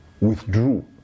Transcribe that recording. withdrew